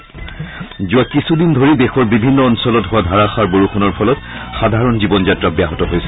যোৱা কিছুদিন ধৰি দেশৰ বিভিন্ন অঞ্চলত হোৱা ধাৰাসাৰ বৰষুণৰ ফলত সাধাৰণ জীৱনযাত্ৰা ব্যাহত হৈছে